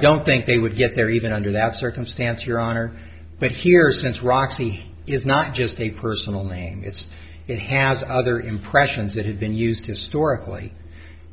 don't think they would get there even under that circumstance your honor but here since roxy is not just a personal name it's it has other impressions that had been used historically